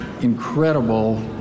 incredible